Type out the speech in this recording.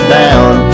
down